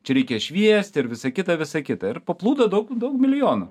čia reikia šviesti ir visa kita visa kita ir paplūdo daug daug milijonų